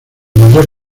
mayor